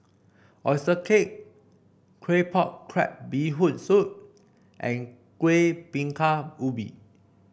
oyster cake Claypot Crab Bee Hoon Soup and Kuih Bingka Ubi